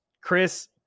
Chris